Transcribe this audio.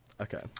Okay